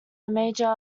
major